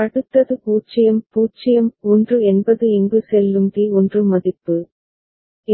அடுத்தது 0 0 1 என்பது இங்கு செல்லும் டி 1 மதிப்பு